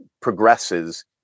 progresses